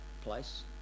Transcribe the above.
place